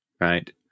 Right